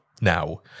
now